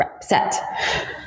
set